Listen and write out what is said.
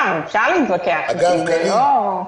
משילות זה לא מעבר בין שרים ומשילות זה לא מעבר בין משרדים,